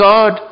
God